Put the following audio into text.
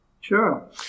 Sure